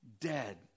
dead